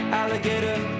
alligator